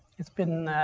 it been